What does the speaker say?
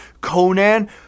Conan